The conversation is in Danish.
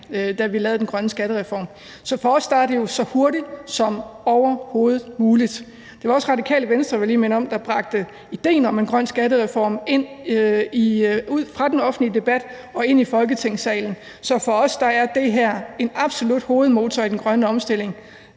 da vi lavede den grønne skattereform. Så for os er det jo så hurtigt som overhovedet muligt. Jeg vil også lige minde om, at det var Radikale Venstre, der bragte idéen om en grøn skattereform fra den offentlige debat og ind i Folketingssalen. Så for os er det her en absolut hovedmotor i den grønne omstilling,